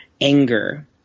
anger